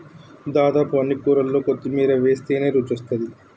దాదాపు అన్ని కూరల్లో కొత్తిమీర వేస్టనే రుచొస్తాది